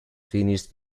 finished